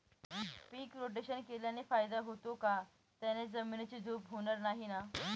पीक rotation केल्याने फायदा होतो का? त्याने जमिनीची धूप होणार नाही ना?